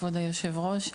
כבוד היושב-ראש,